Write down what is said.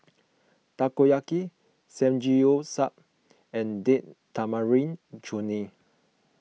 Takoyaki Samgeyopsal and Date Tamarind Chutney